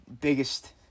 biggest